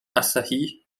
asahi